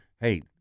hey